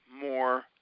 more